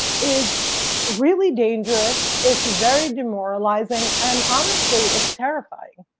is really dangerous, it's very demoralizing, and honestly it's terrifying.